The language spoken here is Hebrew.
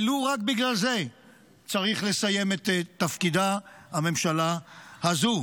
ולו רק בגלל זה צריך לסיים את תפקיד הממשלה הזו.